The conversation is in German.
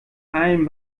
allem